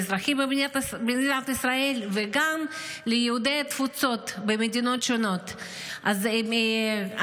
לאזרחים במדינת ישראל וגם ליהודי התפוצות במדינות שונות באנגלית,